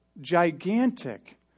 gigantic